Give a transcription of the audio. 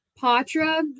Patra